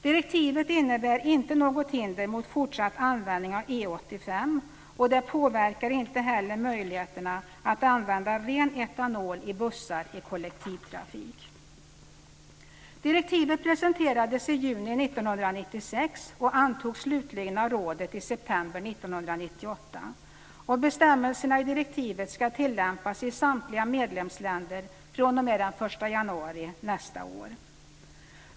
Direktivet innebär inte något hinder mot fortsatt användning av E 85, och det påverkar inte heller möjligheterna att använda ren etanol i bussar i kollektivtrafik. Direktivet presenterades i juni 1996 och antogs slutligen av rådet i september 1998. Bestämmelserna i direktivet ska tillämpas i samtliga medlemsländer fr.o.m. den 1 januari år 2000.